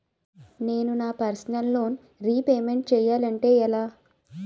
నేను నా personal loan repayment చేయాలంటే ఎలా?